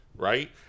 Right